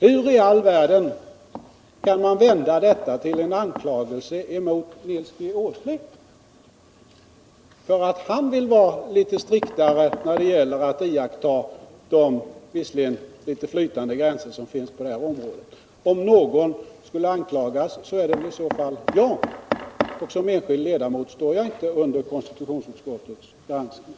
Hur i all världen kan man vända detta till en anklagelse mot Nils G. Åsling för att han vill vara striktare när det gäller att iaktta de visserligen litet flytande gränser som finns på området? Om någon skulle anklagas, så vore det i så fall jag, och som enskild ledamot står jag inte under konstitutionsutskottets granskning.